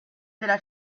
della